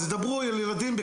אז תדברו עם ילדים,